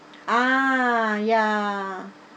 ah ya